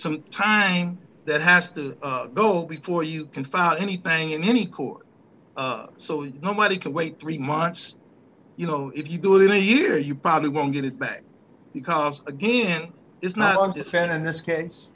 some time that has to go before you can file anything in any court so nobody can wait three months you know if you do it in a year you probably won't get it back because again it's not going to stand in this case